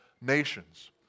nations